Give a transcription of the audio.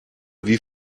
wie